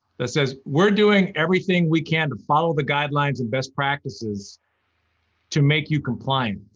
that says we're doing everything we can to follow the guidelines and best practices to make you compliant.